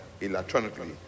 electronically